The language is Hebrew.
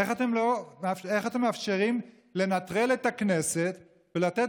איך אתם מאפשרים לנטרל את הכנסת ולתת